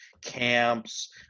camps